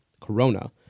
corona